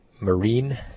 Marine